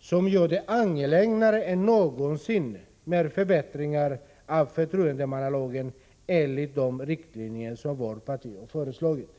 som gör det angelägnare än någonsin med förbättringar av förtroendemannalagen enligt de riktlinjer som vårt parti har föreslagit.